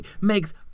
makes